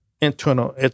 internal